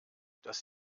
das